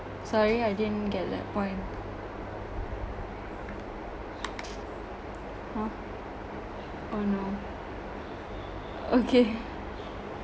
sorry I didn't get that point !huh! oh no okay